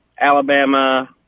Alabama